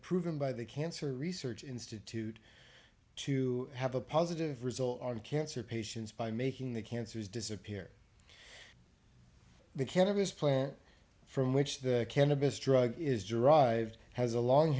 proven by the cancer research institute to have a positive result on cancer patients by making the cancers disappear the cannabis plant from which the cannabis drug is derived has a long